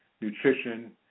nutrition